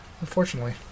Unfortunately